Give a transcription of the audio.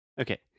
Okay